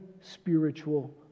spiritual